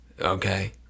okay